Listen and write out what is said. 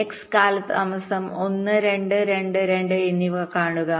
X കാലതാമസം 1 2 2 2 എന്നിവ കാണുക